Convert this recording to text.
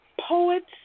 Poets